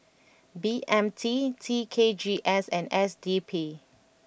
B M T T K G S and S D P